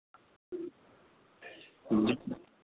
जी